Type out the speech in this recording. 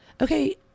okay